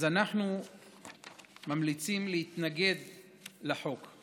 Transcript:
אנחנו ממליצים להתנגד לחוק,